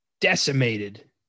decimated